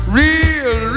real